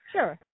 Sure